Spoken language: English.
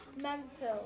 Memphis